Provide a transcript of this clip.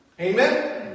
Amen